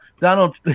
Donald